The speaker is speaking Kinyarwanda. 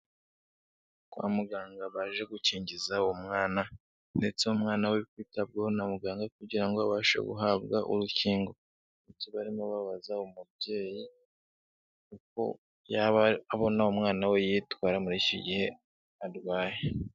Kwa muganga baje gukingiza umwana, ndetse umwana we kwitabwaho na muganga kugira ngo abashe guhabwa urukingo ndetse barimo babaza umubyeyi uko yaba abona umwana we yitwara muri icyo gihe arwaye.